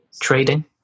trading